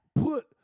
put